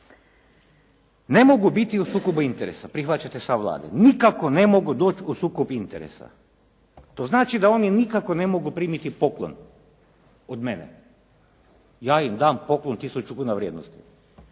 ne mogu biti u sukobu interesa, prihvaćate stav Vlade. Nikako ne mogu doći u sukob interesa. To znači da oni nikako ne mogu primiti poklon od mene. Ja im dam poklon 1000 kuna vrijednosti.